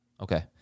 Okay